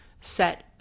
set